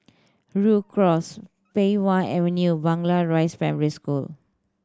Rhu Cross Pei Wah Avenue Blangah Rise Primary School